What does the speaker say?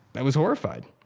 i was horrified.